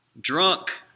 drunk